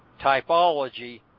typology